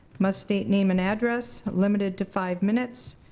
must state name and address, limited to five minutes.